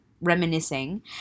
reminiscing